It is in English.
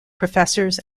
professors